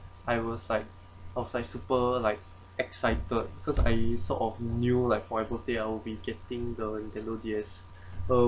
I was like I was like super like excited because I sort of knew like for my birthday I'll be getting going the nintendo D_S